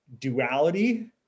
duality